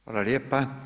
Hvala lijepa.